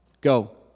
Go